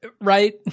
Right